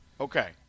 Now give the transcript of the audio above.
Okay